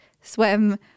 Swim